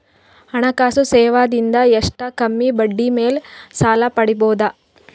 ಹಣಕಾಸು ಸೇವಾ ದಿಂದ ಎಷ್ಟ ಕಮ್ಮಿಬಡ್ಡಿ ಮೇಲ್ ಸಾಲ ಪಡಿಬೋದ?